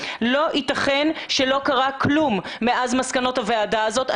כאן לא יתכן לא קרה כלום מאז מסקנות הוועדה הזאת.